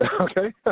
okay